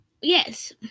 yes